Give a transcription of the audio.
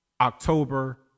October